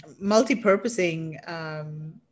multi-purposing